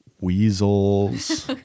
weasels